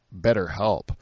BetterHelp